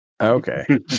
Okay